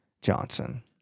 Johnson